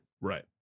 Right